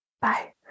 Bye